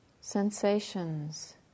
sensations